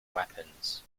weapons